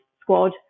squad